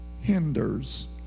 hinders